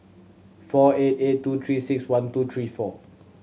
four eight eight two Three Six One two three four